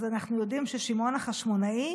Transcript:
אז אנחנו יודעים ששמעון החשמונאי,